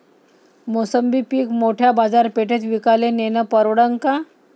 मोसंबी पीक मोठ्या बाजारपेठेत विकाले नेनं परवडन का?